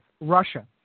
Russia